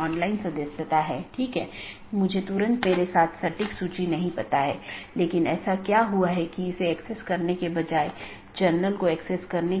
मुख्य रूप से दो BGP साथियों के बीच एक TCP सत्र स्थापित होने के बाद प्रत्येक राउटर पड़ोसी को एक open मेसेज भेजता है जोकि BGP कनेक्शन खोलता है और पुष्टि करता है जैसा कि हमने पहले